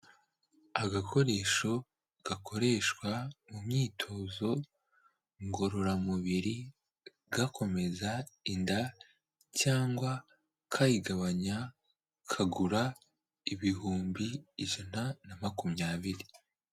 Agakoresho gakoreshwa mu myitozo ngororamubiri, gakomeza inda cyangwa kayigabanya, kagura ibihumbi ijana na makumyabiri.